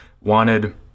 wanted